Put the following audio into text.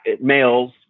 males